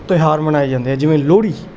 ਤਿਉਹਾਰ ਮਨਾਏ ਜਾਂਦੇ ਆ ਜਿਵੇਂ ਲੋਹੜੀ